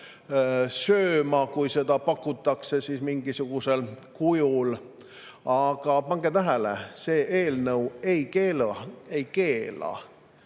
sööma, kui neid pakutakse mingisugusel kujul. Aga pange tähele: see eelnõu ei keela